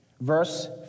Verse